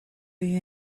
you